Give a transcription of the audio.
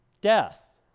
Death